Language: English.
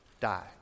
die